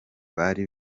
bari